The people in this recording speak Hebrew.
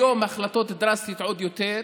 היום ההחלטות דרסטיות עוד יותר,